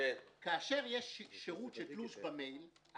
כאשר יש שירות של תלוש במייל,